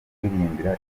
kuririmbira